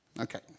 Okay